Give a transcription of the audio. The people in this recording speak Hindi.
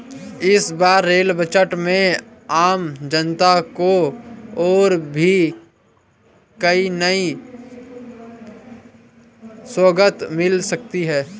इस बार रेल बजट में आम जनता को और भी कई नई सौगात मिल सकती हैं